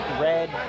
Red